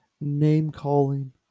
name-calling